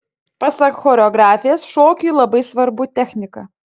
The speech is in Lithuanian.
pasak choreografės šokiui labai svarbu technika